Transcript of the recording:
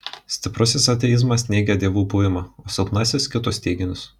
stiprusis ateizmas neigia dievų buvimą o silpnasis kitus teiginius